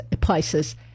places